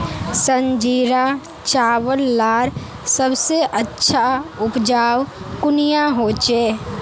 संजीरा चावल लार सबसे अच्छा उपजाऊ कुनियाँ होचए?